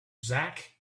zach